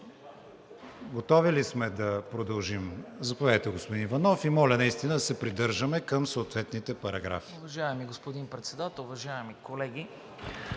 Готови ли сме да продължим? Заповядайте, господин Иванов, и моля наистина да се придържаме към съответните параграфи.